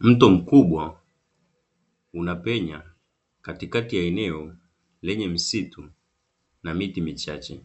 Mto mkubwa unapenya katikati ya eneo lenye msitu na miti michache,